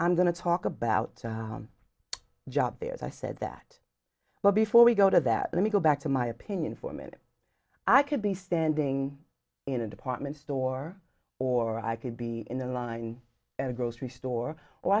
i'm going to talk about job there's i said that well before we go to that let me go back to my opinion for a minute i could be standing in a department store or i could be in the line at a grocery store